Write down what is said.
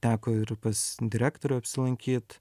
teko ir pas direktorių apsilankyt